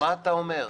מה אתה אומר?